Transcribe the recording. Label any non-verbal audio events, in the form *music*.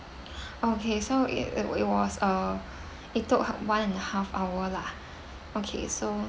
*breath* okay so it it w~ it was uh *breath* it took one and a half hour lah *breath* okay so